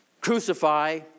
crucify